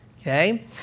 okay